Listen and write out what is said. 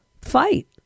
fight